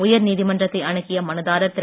உயர் நீதிமன்றத்தை அணுகிய மனுதாரர் திரு